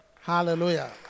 Hallelujah